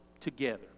together